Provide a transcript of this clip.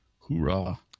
Hoorah